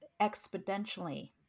exponentially